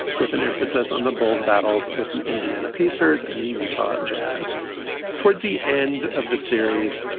with an emphasis on the bulls battles with the indiana pacers and the utah jazz towards the end of the series.